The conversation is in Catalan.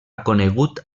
conegut